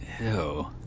Ew